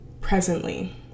presently